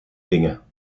dingen